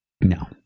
No